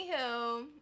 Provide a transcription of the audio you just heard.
anywho